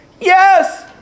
yes